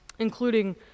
including